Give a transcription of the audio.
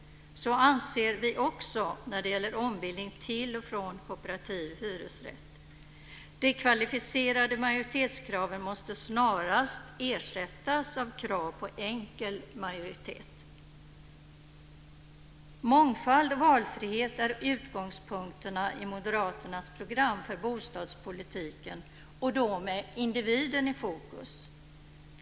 Det anser vi också ska gälla vid ombildning till och från kooperativ hyresrätt. Kraven på kvalificerad majoritet måste snarast ersättas av krav på enkel majoritet. Mångfald och valfrihet är utgångspunkterna i Moderaternas program för bostadspolitiken med individen i fokus.